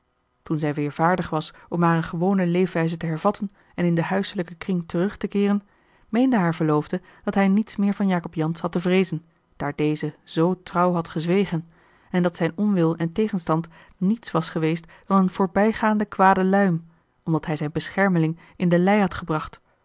toen zij weêr vaardig was om hare gewone leefwijze te hervatten en in den huiselijken kring terug te keeren meende haar verloofde dat hij niets meer van jacob jansz had te vreezen daar deze zoo trouw had gezwegen en dat zijn onwil en tegenstand niets was geweest dan eene voorbijgaande kwade luim omdat hij zijn beschermeling in de lij had gebracht